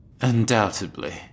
Undoubtedly